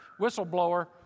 whistleblower